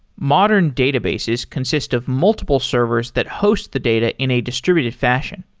modern databases consist of multiple servers that host the data in a distributed fashion.